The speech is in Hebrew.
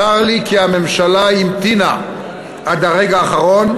צר לי כי הממשלה המתינה עד הרגע האחרון,